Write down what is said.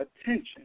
attention